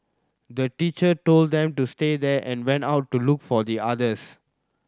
the teacher told them to stay there and went out to look for the others